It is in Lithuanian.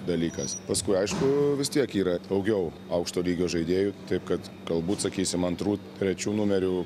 dalykas paskui aišku vis tiek yra daugiau aukšto lygio žaidėjų taip kad galbūt sakysim antrų trečių numerių